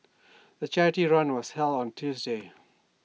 the charity run was held on Tuesday